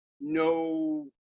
no